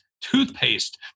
Toothpaste